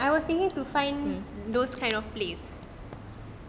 I was thinking to find those kind of place